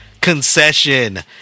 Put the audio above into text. concession